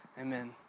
Amen